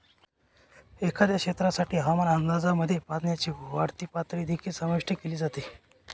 एखाद्या क्षेत्रासाठी हवामान अंदाजामध्ये पाण्याची वाढती पातळी देखील समाविष्ट केली जाते